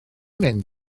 mynd